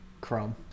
Chrome